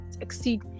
exceed